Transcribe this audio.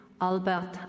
Albert